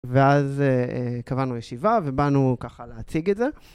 ואז קבענו ישיבה ובאנו ככה להציג את זה.